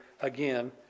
Again